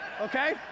okay